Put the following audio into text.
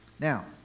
Now